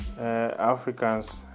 Africans